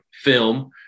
film